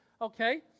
Okay